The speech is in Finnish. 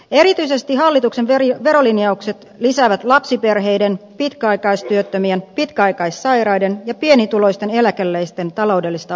erityisesti hallituksen verolinjaukset lisäävät lapsiperheiden pitkäaikaistyöttömien pitkäaikaissairaiden ja pienituloisten eläkeläisten taloudellista ahdinkoa